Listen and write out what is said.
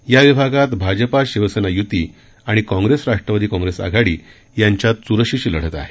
या विभागात भाजपा शिवसेना युती आणि काँप्रेस राष्ट्रवादी काँप्रेस आघाडी यांच्यात चुरशीची लढत आहे